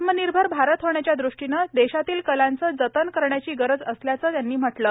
आत्मनिर्भर भारत होण्याच्या दृष्टीने देशातील कलांचे जतन करण्याची गरज असल्याचे त्यांनी म्हटले आहे